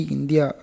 India